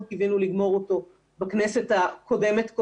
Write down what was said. מאוד קווינו לגמור אותו בכנסת הקודמת-קודמת.